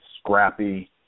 scrappy